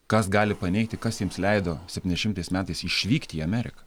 kas gali paneigti kas jiems leido septyniasdešimtais metais išvykti į ameriką